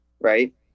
Right